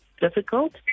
difficult